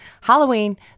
Halloween